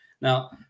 now